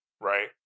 right